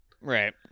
Right